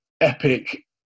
epic